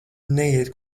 neiet